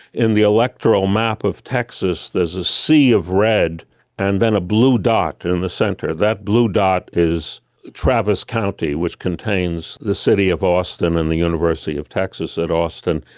in the electoral map of texas, there's a sea of red and then a blue dot in the centre. centre. that blue dot is travis county, which contains the city of austin and the university of texas at austin.